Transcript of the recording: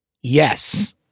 yes